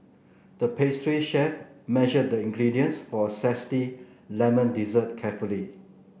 the pastry chef measured the ingredients for a zesty lemon dessert carefully